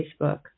Facebook